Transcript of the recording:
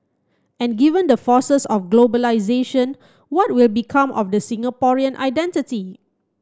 and given the forces of globalisation what will become of the Singaporean identity